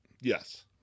Yes